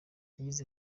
yagize